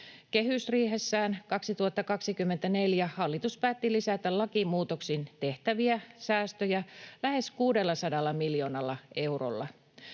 Kehysriihessään 2024 hallitus päätti lisätä lakimuutoksin tehtäviä säästöjä lähes 600 miljoonalla eurolla.